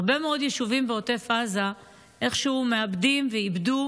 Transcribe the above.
הרבה מאוד יישובים בעוטף עזה איכשהו מאבדים ואיבדו